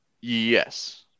Yes